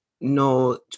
no